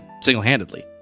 single-handedly